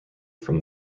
from